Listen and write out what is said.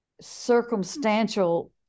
circumstantial